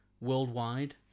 worldwide